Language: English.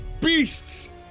beasts